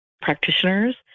practitioners